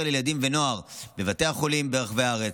לילדים ונוער בבתי החולים ברחבי הארץ,